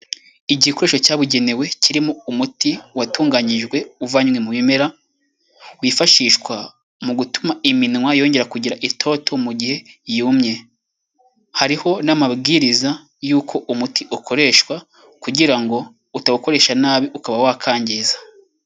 Igikoresho cyabugenewe kirimo umuti watunganyijwe uvanwe mu bimera wifashishwa mu gutuma iminwa yongera kugira itoto mu gihe yumye hariho n'amabwiriza y'uko umuti ukoreshwa kugira ngo utawukoresha nabi ukaba wakangiza.